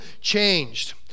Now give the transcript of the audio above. changed